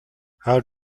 how